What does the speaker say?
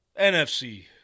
NFC